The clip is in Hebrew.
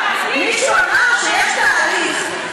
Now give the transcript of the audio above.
מישהו אמר שיש תהליך,